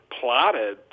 plotted